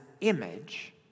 image